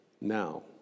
Now